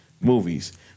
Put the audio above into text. movies